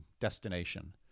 destination